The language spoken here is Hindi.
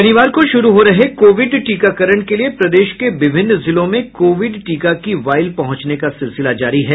शनिवार को शुरू हो रहे कोविड टीकाकरण के लिये प्रदेश के विभिन्न जिलों में कोविड टीका की वाइल पहुंचने का सिलसिला जारी है